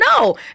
no